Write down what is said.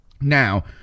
Now